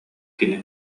кини